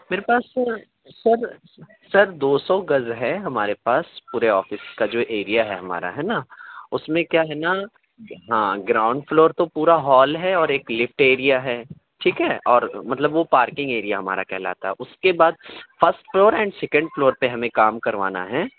میرے پاس sir sir sir دو سو گز ہے ہمارے پاس پورے آفس کا جو ایریا ہے ہمارا ہے نا اُس میں کیا ہے نا ہاں گراؤنڈ فلور تو پورا ہال ہے اور ایک لفٹ ایریا ہے ٹھیک ہے اور مطلب وہ پارکنگ ایریا ہمارا کہلاتا ہے اُس کے بعد first floor and second floor پہ ہمیں کام کروانا ہے